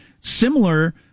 Similar